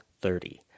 thirty